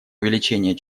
увеличение